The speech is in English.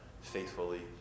faithfully